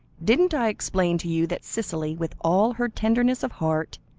didn't i explain to you that cicely, with all her tenderness of heart,